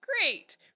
great